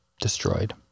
destroyed